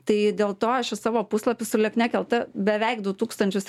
tai dėl to aš į savo puslapį suleknėk lt beveik du tūkstančius